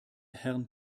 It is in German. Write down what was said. herrn